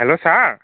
hello sir